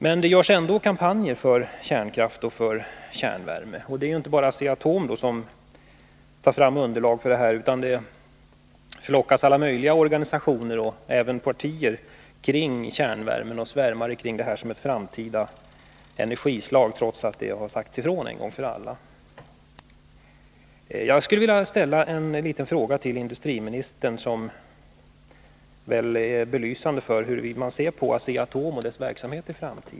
Men det förs ändå kampanjer för kärnkraft och kärnvärme. Det är inte bara Asea-Atom som då tar fram underlag, utan alla möjliga organisationer — och även partier — flockas kring kärnvärmen. De svärmar kring den och betraktar den som ett framtida energislag, trots att det en gång för alla har sagts ifrån att det inte är så. Jag skulle vilja ställa en fråga till industriministern. Svaret skulle kunna belysa hur man ser på AB Asea-Atoms framtida verksamhet.